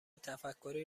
تفکری